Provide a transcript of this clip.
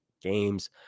games